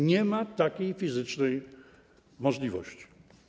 Nie ma takiej fizycznej możliwości.